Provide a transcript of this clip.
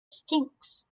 stinks